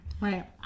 Right